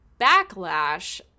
backlash